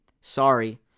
sorry